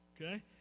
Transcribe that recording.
Okay